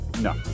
No